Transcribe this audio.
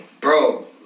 Bro